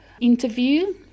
interview